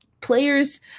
players